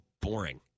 boring